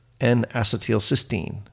N-acetylcysteine